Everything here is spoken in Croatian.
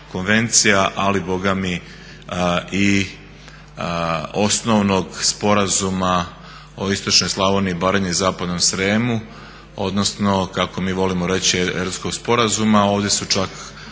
ali i osnovnog Sporazuma o istočnoj Slavoniji, Baranji i zapadnom Sremu odnosno kako mi volimo reći Erdutskog sporazuma. Ovdje su čak